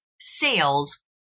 sales